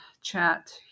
chat